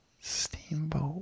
Steamboat